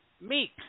meek